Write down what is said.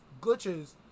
glitches